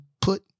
put